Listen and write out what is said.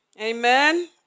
Amen